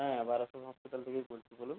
হ্যাঁ বারাসত হসপিটাল থেকেই বলছি বলুন